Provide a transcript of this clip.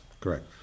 Correct